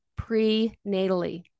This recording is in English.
prenatally